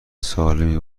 سالمی